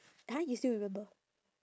!huh! you still remember